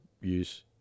use